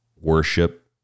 worship